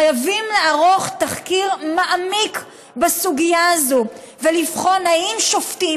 חייבים לערוך תחקיר מעמיק בסוגיה הזו ולבחון אם שופטים